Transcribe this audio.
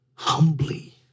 humbly